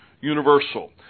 universal